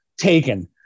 taken